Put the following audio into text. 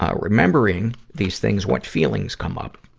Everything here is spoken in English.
ah remembering these things, what feelings come up?